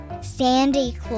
Sandy